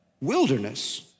wilderness